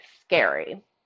scary